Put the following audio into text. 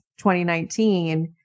2019